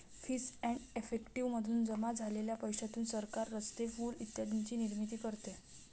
fees and effective मधून जमा झालेल्या पैशातून सरकार रस्ते, पूल इत्यादींची निर्मिती करते